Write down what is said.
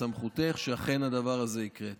בסמכותך שאכן הדבר הזה יקרה.